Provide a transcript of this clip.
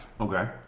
Okay